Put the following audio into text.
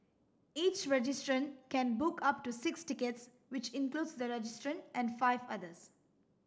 each registrant can book up to six tickets which includes the registrant and five others